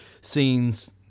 scenes